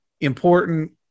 important